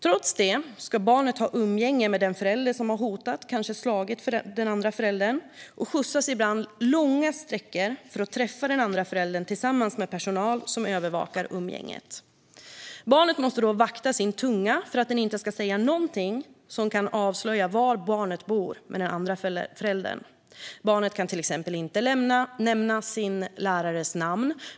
Trots det ska barnet ha umgänge med den förälder som har hotat och kanske slagit den andra föräldern. Barnet skjutsas ibland långa sträckor för att träffa den andra föräldern tillsammans med personal som övervakar umgänget. Barnet måste då vakta sin tunga för att inte säga någonting som kan avslöja var barnet bor med den andra föräldern. Barnet kan till exempel inte nämna sin lärares namn.